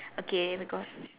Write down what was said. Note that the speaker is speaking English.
okay we got